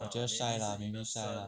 我觉得 shy lah maybe